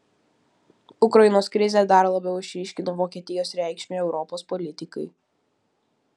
ukrainos krizė dar labiau išryškino vokietijos reikšmę europos politikai